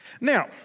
Now